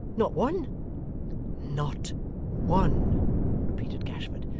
not one not one repeated gashford.